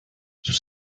sus